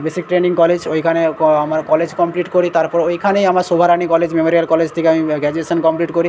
basic training college ওইখানে আমার college complete করি তারপর ওইখানেই আমার শোভারানি কলেজ মেমোরিয়াল কলেজ থেকে আমি গ্র্যাজুয়েশন কমপ্লিট করি